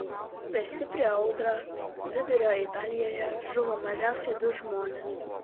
per stiprią audrą vidurio italijoje žuvo mažiausiai du žmonės